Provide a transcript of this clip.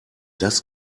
das